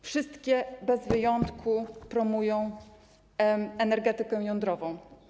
Wszystkie bez wyjątku promują energetykę jądrową.